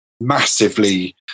massively